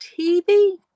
TV